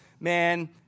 man